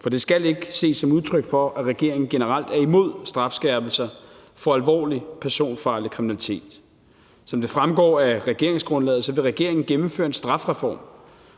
for det skal ikke ses som udtryk for, at regeringen generelt er imod strafskærpelser for alvorlig personfarlig kriminalitet. Som det fremgår af regeringsgrundlaget, vil regeringen gennemføre en strafreform,